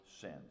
sins